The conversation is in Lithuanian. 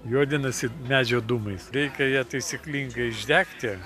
juodinasi medžio dūmais reikia ją taisyklingai išdegti